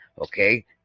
okay